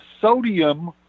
sodium